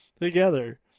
together